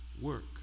work